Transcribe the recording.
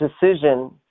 decision